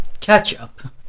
ketchup